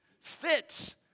fits